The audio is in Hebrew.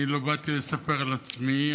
אני לא באתי לספר על עצמי.